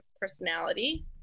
personality